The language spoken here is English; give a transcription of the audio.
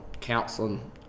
counseling